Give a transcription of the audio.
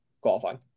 qualifying